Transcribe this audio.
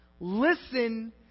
Listen